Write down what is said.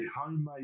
homemade